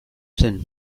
zen